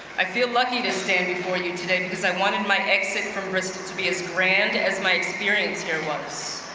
i feel lucky to stand before you today because i wanted my exit from bristol to be as grand as my experience here was.